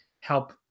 help